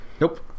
Nope